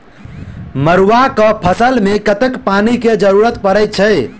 मड़ुआ केँ फसल मे कतेक पानि केँ जरूरत परै छैय?